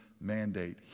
mandate